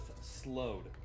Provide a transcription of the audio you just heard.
slowed